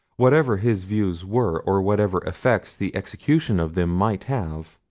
whatever his views were, or whatever effects the execution of them might have,